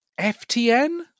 FTN